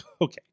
Okay